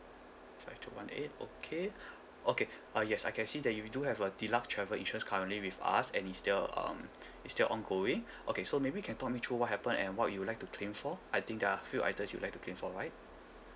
five two one eight okay okay uh yes I can see that you do have a deluxe travel insurance currently with us and it still um it still ongoing okay so maybe you can put me through what happened and what would you like to claim for I think there are few items you would like to claim for right